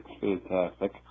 fantastic